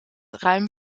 ruim